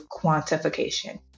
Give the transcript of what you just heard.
quantification